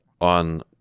on